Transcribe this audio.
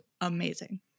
amazing